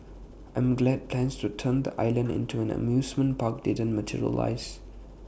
I'm glad plans to turn the island into an amusement park didn't materialise